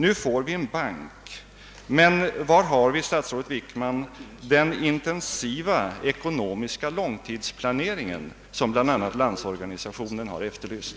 Nu får vi en bank, men var har vi, statsrådet Wickman, den intensiva ekonomiska långtidsplanering som bl.a. Landsorganisationen har efterlyst?